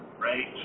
right